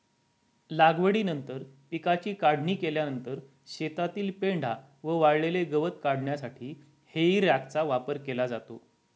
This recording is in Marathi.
लागवडीनंतर पिकाची काढणी केल्यानंतर शेतातील पेंढा व वाळलेले गवत काढण्यासाठी हेई रॅकचा वापर केला जातो